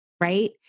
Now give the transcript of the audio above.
right